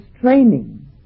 training